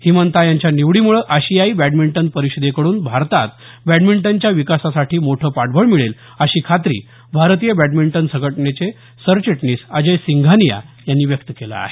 हिमंता यांच्या निवडीमुळं आशियाई बॅडमिंटन परिषदेकडून भारतात बॅडमिंटनच्या विकासासाठी मोठं पाठबळ मिळेल अशी खात्री भारतीय बॅडमिंटन संघटनेचे सरचिटणीस अजय सिंघानिया यांनी व्यक्त केली आहे